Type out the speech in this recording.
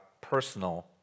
personal